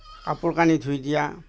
কাপোৰ কানি ধুই দিয়া